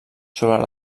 sobre